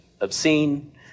obscene